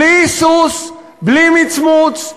בלי היסוס ובלי מצמוץ,